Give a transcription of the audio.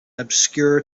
obscure